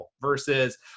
versus